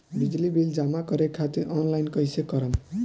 बिजली बिल जमा करे खातिर आनलाइन कइसे करम?